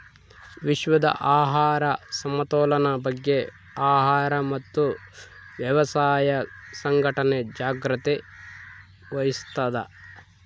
ವಿಶ್ವದ ಆಹಾರ ಸಮತೋಲನ ಬಗ್ಗೆ ಆಹಾರ ಮತ್ತು ವ್ಯವಸಾಯ ಸಂಘಟನೆ ಜಾಗ್ರತೆ ವಹಿಸ್ತಾದ